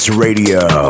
Radio